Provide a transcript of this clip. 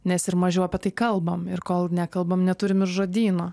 nes ir mažiau apie tai kalbam ir kol nekalbam neturim ir žodyno